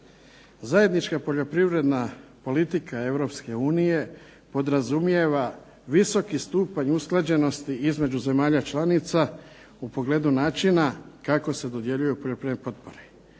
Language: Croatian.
Zajednička poljoprivredna politika Europske unije podrazumijeva visoki stupanj usklađenosti između zemalja članica u pogledu načina kako se dodjeljuju poljoprivredne potpore.